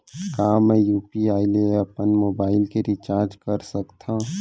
का मैं यू.पी.आई ले अपन मोबाइल के रिचार्ज कर सकथव?